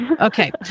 Okay